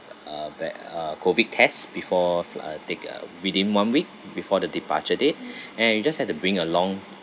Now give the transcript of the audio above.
uh that uh COVID tests before fli~ uh take a within one week before the departure date and you just have to bring along